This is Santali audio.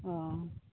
ᱚ